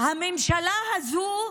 בממשלה הזו,